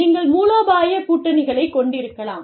நீங்கள் மூலோபாய கூட்டணிகளைக் கொண்டிருக்கலாம்